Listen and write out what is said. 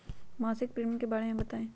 मासिक प्रीमियम के बारे मे बताई?